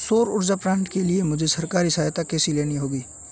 सौर ऊर्जा प्लांट के लिए मुझे सरकारी सहायता कैसे लेनी होगी?